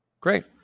great